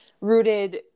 rooted